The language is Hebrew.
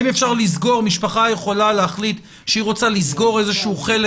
האם משפחה יכולה להחליט שהיא רוצה לסגור חלק